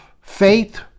Faith